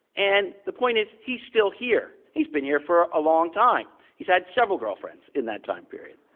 and the point is, he's still here. he's been here for a long time. he's had several girlfriends in that time period.